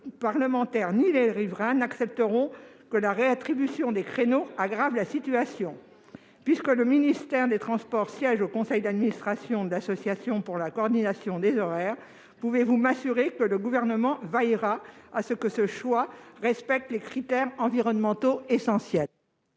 parlementaires, ni les riverains n'accepteront que la réattribution des créneaux aggrave la situation. Le ministère des transports siégeant au conseil d'administration de l'Association pour la coordination des horaires, pouvez-vous m'assurer que le Gouvernement veillera à ce que ce choix respecte les critères environnementaux essentiels ?